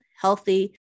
healthy